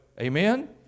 Amen